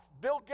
Bill